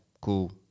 cool